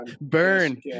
Burn